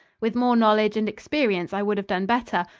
with more knowledge and experience i would have done better,